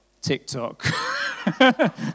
TikTok